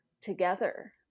together